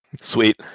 Sweet